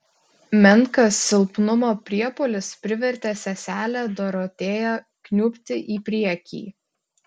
menkas silpnumo priepuolis privertė seselę dorotėją kniubti į priekį